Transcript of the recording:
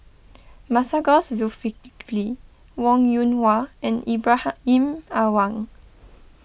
Masagos Zulkifli Wong Yoon Wah and Ibrahim Awang